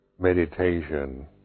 meditation